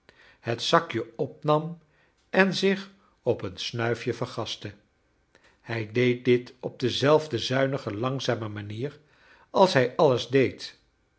het zakje opnam en zich op een snuifje vergastte hij deed dit op dezelfde zuinige langzame manier als hij alles deed